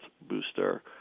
booster